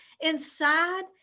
inside